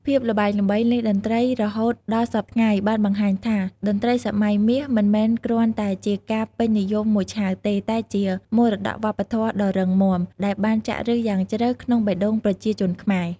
ភាពល្បាញល្បីនៃតន្រ្តីរហូតដល់សព្វថ្ងៃ បានបង្ហាញថា តន្ត្រីសម័យមាសមិនមែនគ្រាន់តែជាការពេញនិយមមួយឆាវទេ តែជា មរតកវប្បធម៌ដ៏រឹងមាំ ដែលបានចាក់ឫសយ៉ាងជ្រៅក្នុងបេះដូងប្រជាជនខ្មែរ។